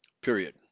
Period